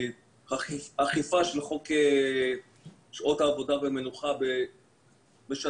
אכיפה של חוק שעות העבודה והמנוחה בשת"פ